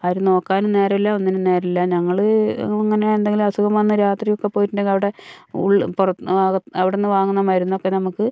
ആരും നോക്കാനും നേരമില്ല ഒന്നിനും നേരമില്ല ഞങ്ങൾ അങ്ങനെ എന്തെങ്കിലും അസുഖം വന്ന് രാത്രി ഒക്കെ പോയിട്ടുണ്ടെങ്കിൽ അവിടെ അവിടെ നിന്ന് വാങ്ങുന്ന മരുന്നൊക്കെ നമുക്ക്